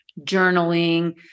journaling